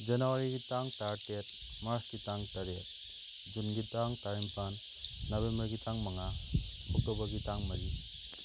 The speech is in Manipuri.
ꯖꯅꯋꯥꯔꯤꯒꯤ ꯇꯥꯡ ꯇꯔꯥꯇꯦꯠ ꯃꯥꯔꯁꯀꯤ ꯇꯥꯡ ꯇꯔꯦꯠ ꯖꯨꯟꯒꯤ ꯇꯥꯡ ꯇꯔꯥꯅꯤꯄꯥꯜ ꯅꯕꯦꯝꯕꯔꯒꯤ ꯇꯥꯡ ꯃꯉꯥ ꯑꯣꯛꯇꯣꯕꯔꯒꯤ ꯇꯥꯡ ꯃꯔꯤ